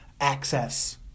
access